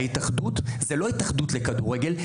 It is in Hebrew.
ההתאחדות זה לא ההתאחדות לכדורגל,